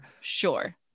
Sure